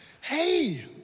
Hey